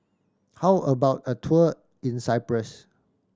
how about a tour in Cyprus